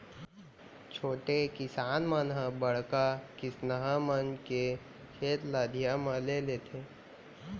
छोटे किसान मन ह बड़का किसनहा मन के खेत ल अधिया म ले लेथें